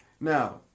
now